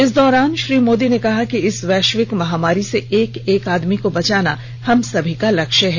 इस दौरान श्री मोदी ने कहा कि इस वैश्विक महामारी से एक एक आदमी को बचाना हम सबका लक्ष्य है